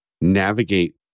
navigate